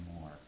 more